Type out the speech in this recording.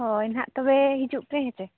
ᱦᱚᱭ ᱱᱟᱦᱟᱜ ᱛᱚᱵᱮ ᱦᱤᱡᱩᱜ ᱯᱮ ᱦᱮᱸᱪᱮ